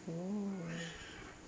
oh